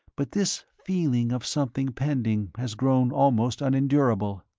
but this feeling of something pending has grown almost unendurable.